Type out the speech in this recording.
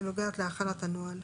(הכנת נוהל).